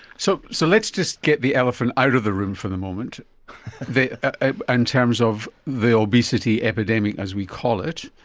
so so let's just get the elephant out of the room for the moment in ah and terms of the obesity epidemic, as we call it,